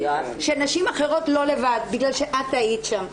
שנשים אחרות לא לבד בגלל שאת היית שם,